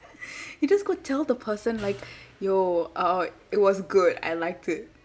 you just go tell the person like yo uh it was good I liked it